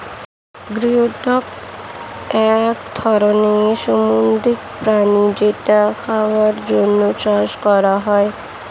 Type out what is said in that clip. geoduck এক ধরনের সামুদ্রিক প্রাণী যেটা খাবারের জন্যে চাষ করা হয়